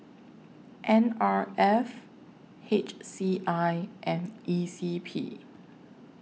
N R F H C I and E C P